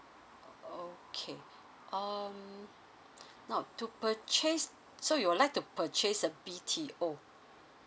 okay um now to purchase so you'll like to purchase a B_T_O